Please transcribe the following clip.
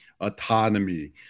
autonomy